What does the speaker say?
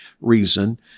reason